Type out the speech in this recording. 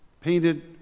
painted